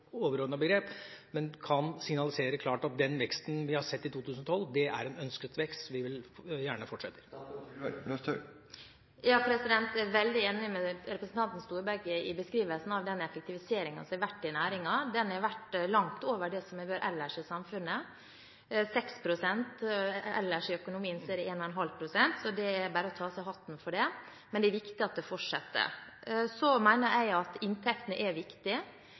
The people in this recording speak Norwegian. begrep, men signaliserer klart at den veksten vi har sett i 2012, er en ønsket vekst vi gjerne vil skal fortsette. Jeg er veldig enig med representanten Storberget i beskrivelsen av den effektiviseringen som har vært i næringen. Den har vært langt over det som har vært ellers i samfunnet, 6 pst. – ellers i økonomien er det 1,5 pst. – så det er bare å ta av seg hatten for det. Men det er viktig at det fortsetter. Så mener jeg at inntektene er